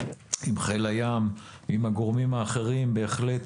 עם חיל הים ועם הגורמים האחרים הוא בהחלט